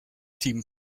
team